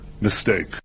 mistake